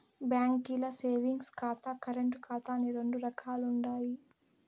బాంకీల్ల సేవింగ్స్ ఖాతా, కరెంటు ఖాతా అని రెండు రకాలుండాయి